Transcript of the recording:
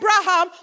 Abraham